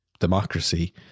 democracy